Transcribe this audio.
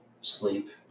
sleep